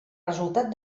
resultat